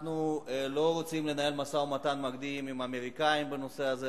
אנחנו לא רוצים לנהל משא-ומתן מקדים עם האמריקנים בנושא הזה,